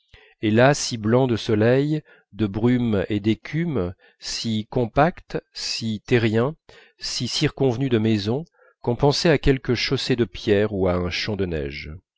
et là si blanc de soleil de brume et d'écume si compact si terrien si circonvenu de maisons qu'on pensait à quelque chaussée de pierres ou à un champ de neige